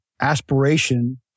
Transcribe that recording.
aspiration